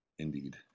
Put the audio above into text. Indeed